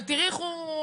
תראי איך הוא